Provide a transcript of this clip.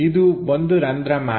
ಇದು ಒಂದು ರಂಧ್ರ ಮಾತ್ರ